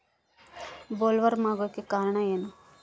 Bollworm ಆಗೋಕೆ ಕಾರಣ ಏನು?